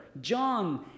John